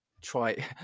try